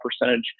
percentage